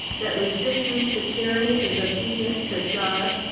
that resistance to tyranny is obedience to god?